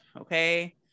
Okay